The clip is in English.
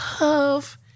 love